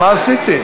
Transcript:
מה עשיתי?